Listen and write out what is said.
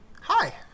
Hi